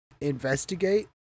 investigate